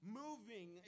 moving